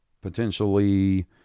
potentially